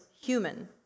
human